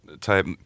type